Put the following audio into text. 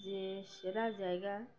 যে সেরা জায়গা